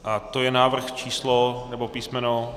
A to je návrh číslo nebo písmeno...